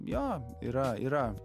jo yra yra